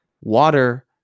water